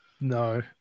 No